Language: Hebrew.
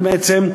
בעצם,